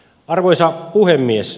arvoisa puhemies